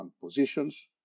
positions